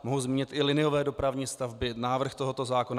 Mohu zmínit i liniové dopravní stavby, návrh tohoto zákona.